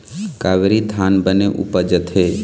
कावेरी धान बने उपजथे?